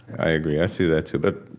i agree. i see that, too. but